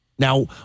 Now